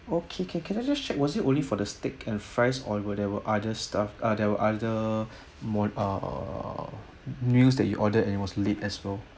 okay can can I just check was it only for the steak and fries or whatever other stuff uh there are other more uh meals that you ordered and it was late as well